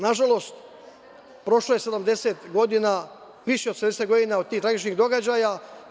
Nažalost, prošlo je više od 70 godina od tih tragičnih događaja.